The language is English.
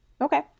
Okay